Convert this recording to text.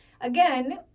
again